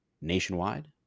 nationwide